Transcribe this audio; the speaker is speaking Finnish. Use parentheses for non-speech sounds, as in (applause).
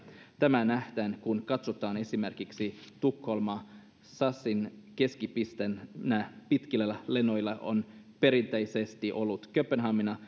tämä nähdään kun katsotaan esimerkiksi tukholmaa sasin keskipisteenä pitkillä lennoilla on perinteisesti ollut kööpenhamina (unintelligible)